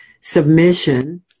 submission